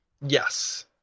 Yes